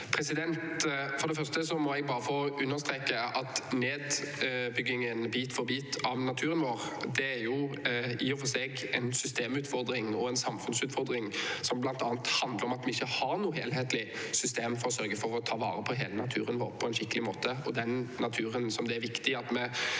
For det første må jeg få understreke at nedbyggingen bit for bit av naturen vår i og for seg er en systemutfordring og en samfunnsutfordring, som bl.a. handler om at vi ikke har noe helhetlig system for å sørge for å ta vare på hele naturen vår på en skikkelig måte, den naturen som det er viktig at vi